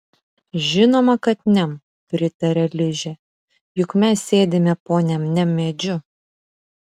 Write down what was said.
žinoma kad niam pritaria ližė juk mes sėdime po niam niam medžiu